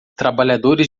trabalhadores